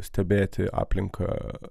stebėti aplinką